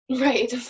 Right